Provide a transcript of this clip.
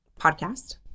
Podcast